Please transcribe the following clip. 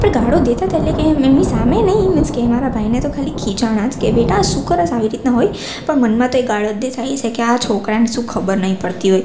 પણ ગાળો દેતા હતા એટલે કે એમ એ સામે નહીં મીન્સ કે એ મારા ભાઈને તો ખાલી ખીજાણા જ કે બેટા આ શું કરે છે આવી રીતના હોઈ પણ મનમાં તો એ ગાળો જ દેતા હશે કે આ છોકરાને શું ખબર નહીં પડતી હોય